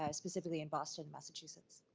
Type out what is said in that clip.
ah specifically in boston, massachusetts.